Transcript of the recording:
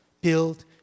build